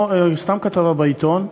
או סתם כתבה משמיצה בעיתון.